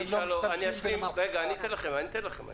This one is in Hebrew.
אני אתן לכם,